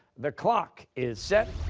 the clock is set,